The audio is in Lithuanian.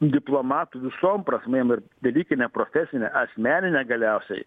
diplomatų visom prasmėm ir dalykinę profesinę asmeninę galiausiai